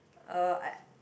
um I